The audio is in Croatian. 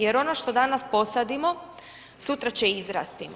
Jer ono što danas posadimo, sutra će izrasti.